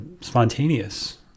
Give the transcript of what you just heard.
spontaneous